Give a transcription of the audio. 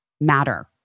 matter